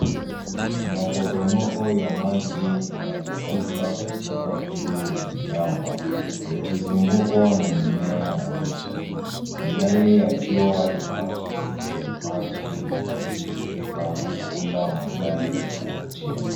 Maporomoko ya maji yanateremka kutoka juu ya miamba, yakizungukwa na mimea na miti. Miale ya jua inaakisi kwenye maji yanayotiririka na kuunda mandhari ya kuvutia.